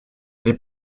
les